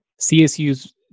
CSU's